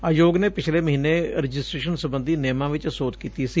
ਆਯੋਗ ਨੇ ਪਿਛਲੇ ਮਹੀਨੇ ਰਜਿਸਟ੍ਰੇਸ਼ਨ ਸਬੰਧੀ ਨਿਯਮਾਂ ਚ ਸੋਧ ਕੀਤੀ ਸੀ